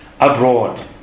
Abroad